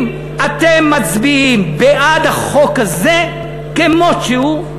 אם אתם מצביעים בעד החוק הזה כמות שהוא,